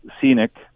Scenic